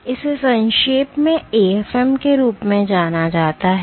इसे संक्षेप में AFM के रूप में जाना जाता है